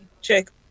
check